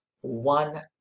one